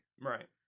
Right